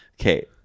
Okay